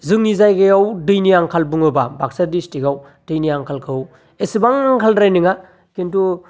जोंनि जायगायाव दैनि आंखाल बुङोबा बागसा डिस्ट्रिकआव दैनि आंखालखौ एसेबां आंखालद्राय नोंआ खिन्थु